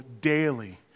daily